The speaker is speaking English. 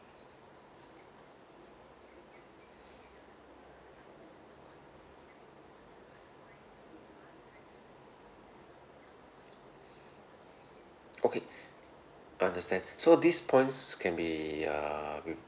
okay understand so these points can be err re~